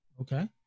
okay